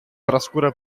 trascura